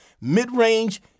mid-range